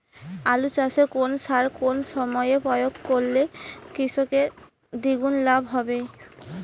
আলু চাষে কোন সার কোন সময়ে প্রয়োগ করলে কৃষকের দ্বিগুণ লাভ হবে?